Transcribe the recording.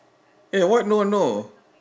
eh what no no